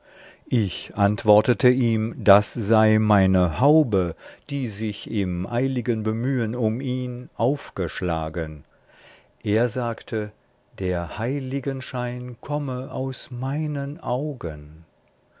ich antwortete ihm das sei meine haube die sich im eiligen bemühen um ihn aufgeschlagen er sagte der heiligenschein komme aus meinen augen